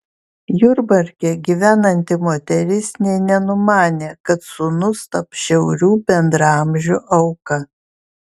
jurbarke gyvenanti moteris nė nenumanė kad sūnus taps žiaurių bendraamžių auka